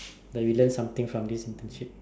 so we learn something from this internship